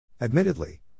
Admittedly